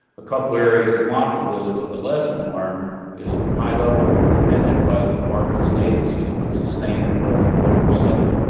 a couple areas came off the list, but the lesson learned is through high level attention by departments and agencies, with but sustained congressional oversight,